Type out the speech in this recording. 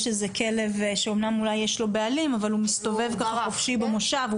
יש איזה כלב שאומנם אולי יש לו בעלים אבל הוא מסתובב ככה חופשי במושב,